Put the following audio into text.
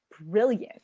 brilliant